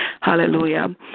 Hallelujah